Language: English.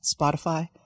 Spotify